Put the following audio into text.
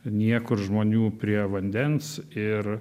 niekur žmonių prie vandens ir